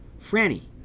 Franny